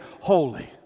holy